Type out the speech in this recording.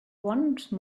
once